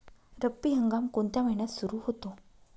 रब्बी हंगाम कोणत्या महिन्यात सुरु होतो?